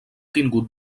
tingut